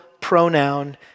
pronoun